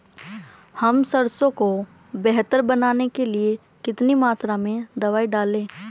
हम सरसों को बेहतर बनाने के लिए कितनी मात्रा में दवाई डालें?